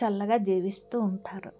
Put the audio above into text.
చల్లగా జీవిస్తూ ఉంటారు